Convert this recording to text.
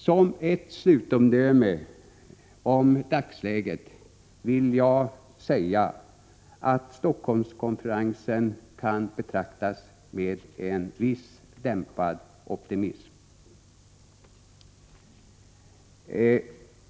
Som ett slutomdöme om dagsläget vill jag säga att Helsingforsskonferensen kan betraktas med en viss dämpad optimism.